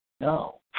No